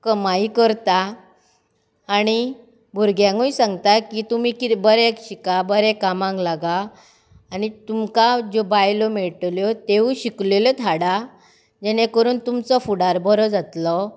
कमाई करता आनी भुरग्यांकूय सांगता की तुमी कितें बरें शिकात बरें कामांक लागात आनी तुमकां ज्यो बायलो मेळटल्यो त्यो शिकलल्योच हाडात जेणे करून तुमचो फुडार बरो जातलो